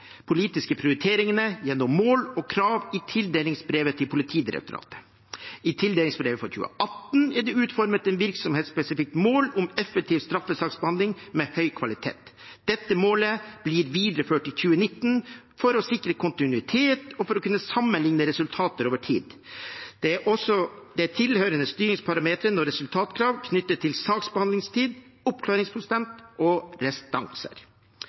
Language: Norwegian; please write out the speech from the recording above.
tildelingsbrevet til Politidirektoratet. I tildelingsbrevet for 2018 er det utformet et virksomhetsspesifikt mål om effektiv straffesaksbehandling med høy kvalitet. Dette målet blir videreført i 2019 for å sikre kontinuitet og for å kunne sammenligne resultater over tid. Det er tilhørende styringsparametere og resultatkrav knyttet til saksbehandlingstid, oppklaringsprosent og restanser.